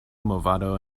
movado